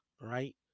Right